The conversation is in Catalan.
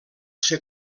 ser